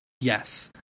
Yes